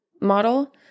model